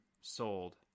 sold